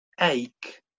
ache